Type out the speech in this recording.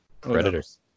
Predators